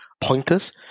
pointers